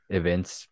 events